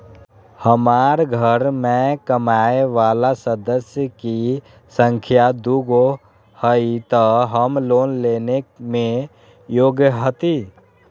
हमार घर मैं कमाए वाला सदस्य की संख्या दुगो हाई त हम लोन लेने में योग्य हती?